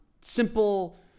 simple